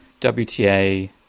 WTA